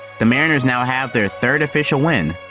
the mariners now have their third official win.